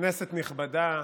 כנסת נכבדה,